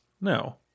No